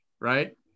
right